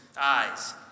eyes